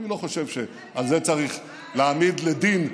אני לא חושב שעל זה צריך להעמיד לדין,